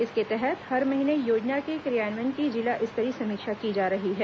इसके तहत हर महीने योजना के िक्र यान्वयन की जिला स्तरीय समीक्षा की जा रही है